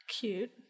Cute